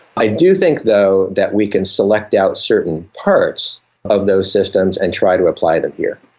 i do think though that we can select out certain parts of those systems and try to apply them here.